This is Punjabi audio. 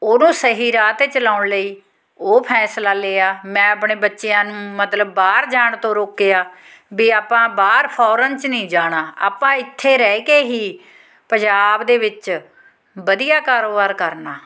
ਉਹਨੂੰ ਸਹੀ ਰਾਹ 'ਤੇ ਚਲਾਉਣ ਲਈ ਉਹ ਫੈਸਲਾ ਲਿਆ ਮੈਂ ਆਪਣੇ ਬੱਚਿਆਂ ਨੂੰ ਮਤਲਬ ਬਾਹਰ ਜਾਣ ਤੋਂ ਰੋਕਿਆ ਵੀ ਆਪਾਂ ਬਾਹਰ ਫੋਰਨ 'ਚ ਨਹੀਂ ਜਾਣਾ ਆਪਾਂ ਇੱਥੇ ਰਹਿ ਕੇ ਹੀ ਪੰਜਾਬ ਦੇ ਵਿੱਚ ਵਧੀਆ ਕਾਰੋਬਾਰ ਕਰਨਾ